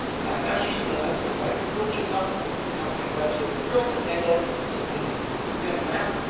matt masterson, i'd like to invite the coaches up to help congratulate the girls and hand out some gifts. do we have matt?